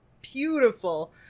beautiful